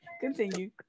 continue